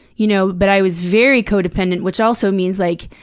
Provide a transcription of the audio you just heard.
you know but i was very co-dependent, which also means, like,